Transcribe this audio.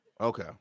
Okay